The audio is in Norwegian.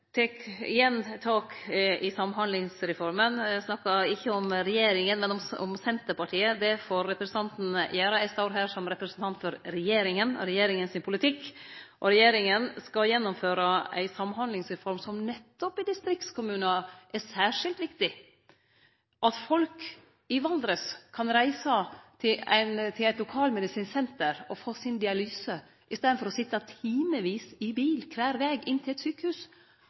tek igjen tak i Samhandlingsreforma. Han snakka ikkje om regjeringa, men om Senterpartiet. Det får representanten gjerne gjere, men eg står her som representant for regjeringa og regjeringa sin politikk. Regjeringa skal gjennomføre ei samhandlingsreform som nettopp i distriktskommunar er særskilt viktig. At folk i Valdres kan reise til eit lokalmedisinsk senter og få dialyse i staden for å sitje timevis i bil kvar veg til eit sjukehus,